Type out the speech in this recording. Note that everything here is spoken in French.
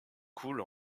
coule